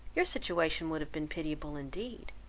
your situation would have been pitiable, indeed.